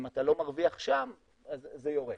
אם אתה לא מרוויח שם אז זה יורד.